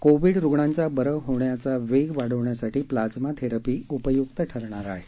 Covid रुग्णांचा बरे होण्याचा वेग वाढण्यासाठी प्लाझमा थेरपी उपयुक्त ठरणार आहे